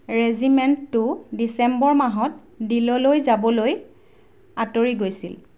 ৰেজিমেণ্টটো ডিচেম্বৰ মাহত ডীললৈ যাবলৈ আঁতৰি গৈছিল